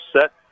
set